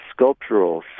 sculptural